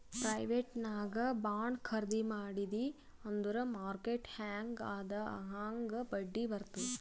private ನಾಗ್ bond ಖರ್ದಿ ಮಾಡಿದಿ ಅಂದುರ್ ಮಾರ್ಕೆಟ್ ಹ್ಯಾಂಗ್ ಅದಾ ಹಾಂಗ್ ಬಡ್ಡಿ ಬರ್ತುದ್